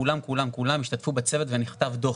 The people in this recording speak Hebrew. כולם כולם כולם השתתפו בצוות ונכתב דוח.